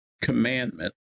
commandment